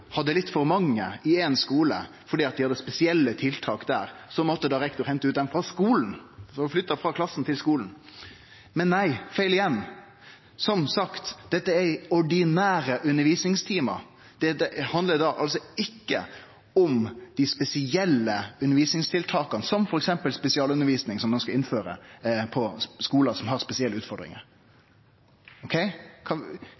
hadde litt for mange i éin skule fordi dei hadde spesielle tiltak der, måtte rektor hente dei ut frå skulen, dei blei flytta frå klassen til skulen – men nei, feil igjen. Som sagt, dette er ordinære undervisningstimar. Det handlar altså ikkje om dei spesielle undervisningstiltaka, som f.eks. spesialundervisning, som ein skal innføre på skular som har spesielle utfordringar.